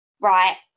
right